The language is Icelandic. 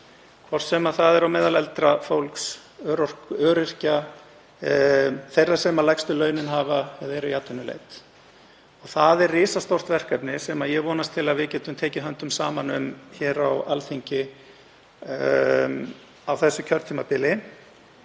hvort sem það er á meðal eldra fólks, öryrkja, þeirra sem lægstu launin hafa eða eru í atvinnuleit. Það er risastórt verkefni sem ég vonast til að við getum tekið höndum saman um hér á Alþingi á þessu kjörtímabili